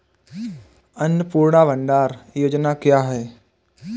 अन्नपूर्णा भंडार योजना क्या है?